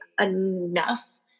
enough